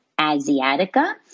Asiatica